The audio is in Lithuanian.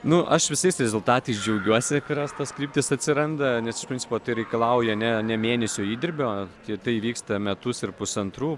nu aš visais rezultatais džiaugiuosi kurios tos kryptys atsiranda nes iš principo tai reikalauja ne ne mėnesio įdirbio ir tai vyksta metus ir pusantrų